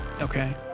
Okay